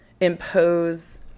impose –